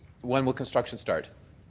when will construction start?